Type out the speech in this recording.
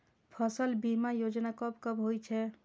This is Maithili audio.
फसल बीमा योजना कब कब होय छै?